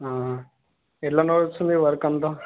ఎలా నడుస్తుంది వర్క్ంతా